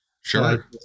Sure